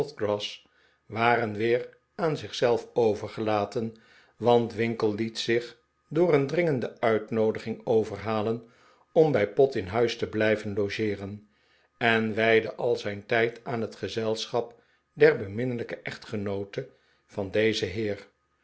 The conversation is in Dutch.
waren weer aan zich zelf overgelaten want winkle liet zich door een dringende uitnoodiging overhalen om bij pott in huis te blijven logeeren en wijdde al zijn tijd aan het gezelschap der beminnelijke echtgenoote van dezen heer